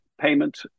payment